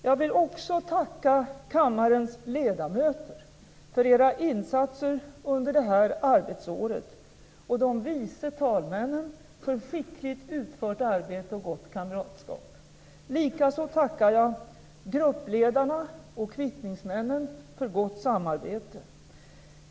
Jag vill också tacka kammarens ledamöter för era insatser under detta arbetsår och de vice talmännen för skickligt utfört arbete och gott kamratskap. Likaså tackar jag gruppledarna och kvittningsmännen för gott samarbete.